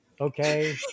Okay